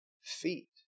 feet